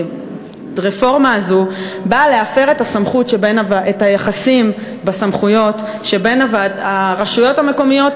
הרפורמה הזאת באה להפר את היחסים בסמכויות שבין הרשויות המקומיות,